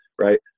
Right